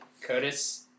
Curtis